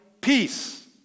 peace